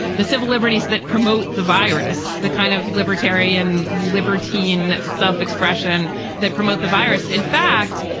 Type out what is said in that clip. the civil liberties that promote the virus, the kind of libertarian libertine self-expression that promote the virus. in fact,